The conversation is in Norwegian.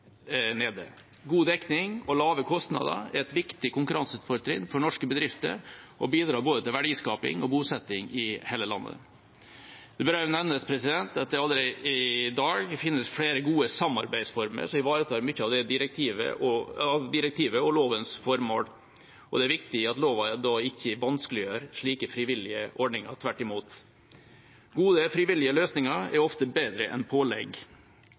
God dekning og lave kostnader er et viktig konkurransefortrinn for norske bedrifter og bidrar til både verdiskaping og bosetting i hele landet. Det bør også nevnes at det allerede i dag finnes flere gode samarbeidsformer som ivaretar mye av direktivet og lovens formål, og det er viktig at loven ikke vanskeliggjør slike frivillige ordninger. Tvert imot – gode, frivillige løsninger er ofte bedre enn pålegg.